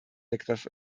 begriff